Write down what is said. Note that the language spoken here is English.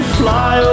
fly